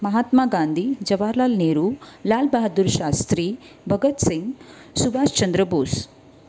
Mahatma Gandhi Jawaharlal Nehru Lal Bahadur Shastri Bhagat Singh Subhash Chandra Bose